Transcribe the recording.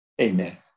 Amen